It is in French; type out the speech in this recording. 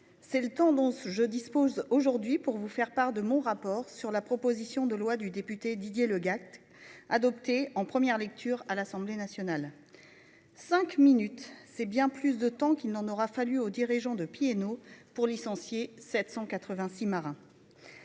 c'est le temps dont je dispose aujourd'hui pour vous faire part de mon rapport sur la proposition de loi du député Didier Le Gac, adoptée en première lecture à l'Assemblée nationale. Cinq minutes, c'est bien plus de temps qu'il n'en aura fallu au dirigeant de P&O Ferries pour licencier 786 marins.